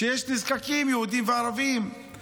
שיש נזקקים יהודים וערבים.